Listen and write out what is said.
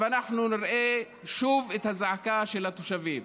ואנחנו נראה שוב את הזעקה של התושבים.